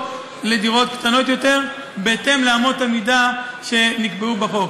לדירות קטנות יותר בהתאם לאמות המידה שנקבעו בחוק.